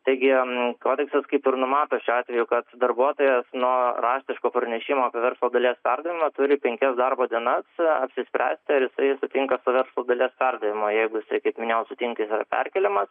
taigi kodeksas kaip ir numato šiuo atveju kad darbuotojas nuo raštiško pranešimo apie verslo dalies perdavimą turi penkias darbo dienas apsispręsti ar jis sutinka su verslo dalies perdavimu jeigu jisai kaip minėjau sutinka jis yra perkeliamas